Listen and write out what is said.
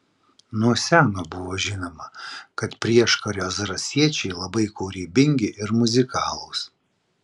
nuo seno buvo žinoma kad prieškario zarasiečiai labai kūrybingi ir muzikalūs